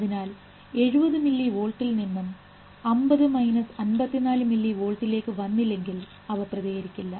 അതിനാൽ 70 മില്ലി വോൾട്ടിൽ നിന്ന് 50 മൈനസ് 55 മില്ലി വോൾട്ടിലേക്ക് വന്നില്ലെങ്കിൽ അവ പ്രതികരിക്കില്ല